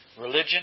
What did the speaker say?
religion